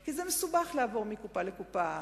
כי זה מסובך לעבור מקופה לקופה.